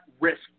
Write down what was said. risk